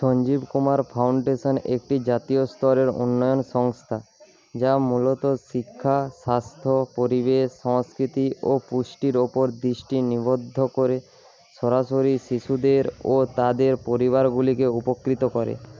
Sanjeev Kumar foundation একটি জাতীয় স্তরের উন্নয়ন সংস্থা যা মূলত শিক্ষা স্বাস্থ্য পরিবেশ সংস্কৃতি ও পুষ্টির উপর দৃষ্টি নিবদ্ধ করে সরাসরি শিশুদের ও তাদের পরিবারগুলিকে উপকৃত করে